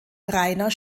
reiner